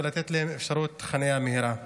לתת להם אפשרות חניה מהירה.